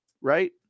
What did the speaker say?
right